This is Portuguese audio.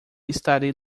estarei